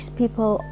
people